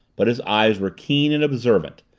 but his eyes were keen and observant,